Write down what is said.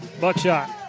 Buckshot